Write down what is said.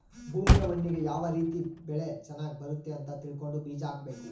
ಭೂಮಿಯ ಮಣ್ಣಿಗೆ ಯಾವ ರೀತಿ ಬೆಳೆ ಚನಗ್ ಬರುತ್ತೆ ಅಂತ ತಿಳ್ಕೊಂಡು ಬೀಜ ಹಾಕಬೇಕು